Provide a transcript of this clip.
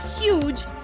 huge